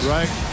Right